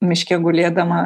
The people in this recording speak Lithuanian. miške gulėdama